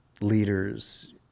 leaders